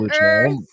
Earth